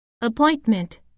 Appointment